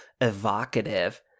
evocative